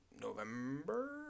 November